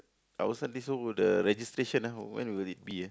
our son this the registration ah when will it be ah